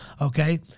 Okay